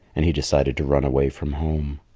and he decided to run away from home.